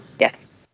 Yes